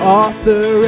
author